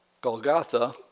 Golgotha